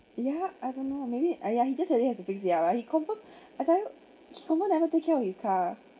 yeah I know maybe !aiya! he just really have to fix ya lah he confirm I tell you he confirm never take care of his car lah